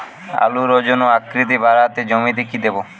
আলুর ওজন ও আকৃতি বাড়াতে জমিতে কি দেবো?